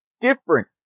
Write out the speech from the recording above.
different